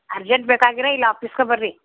urgent ಬೇಕಾಗಿರೆ ಇಲ್ಲಿ ಆಫೀಸ್ಗೇ ಬನ್ರಿ